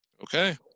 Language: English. Okay